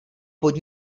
pod